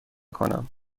کنم